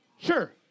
Sure